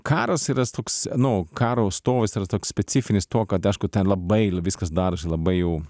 karas yra s toks nu karo stovis yra toks specifinis tuo kad aišku ten labai l viskas darosi labai jau